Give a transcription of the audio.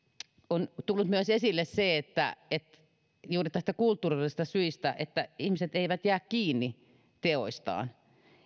on tullut esille myös se että juuri näistä kulttuurillisista syistä ihmiset eivät jää kiinni teoistaan